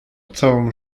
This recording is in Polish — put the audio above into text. całą